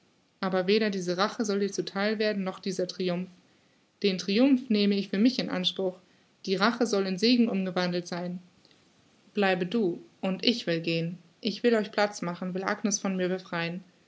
aber weder diese rache soll dir zu theil werden noch dieser triumph den triumph nehme ich für mich in anspruch die rache soll in segen umgewandelt sein bleibe du und ich will gehen ich will euch platz machen will agnes von mir befreien